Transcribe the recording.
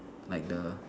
like the